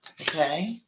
okay